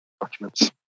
documents